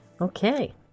Okay